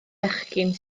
bechgyn